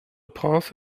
prince